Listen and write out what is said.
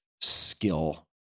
skill